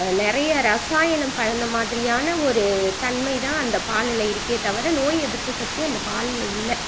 நிறைய ரசாயனம் கலந்த மாதிரியான ஒரு தன்மை தான் அந்த பாலில் இருக்கே தவிர நோய் எதிர்ப்பு சக்தி அந்த பாலில் இல்லை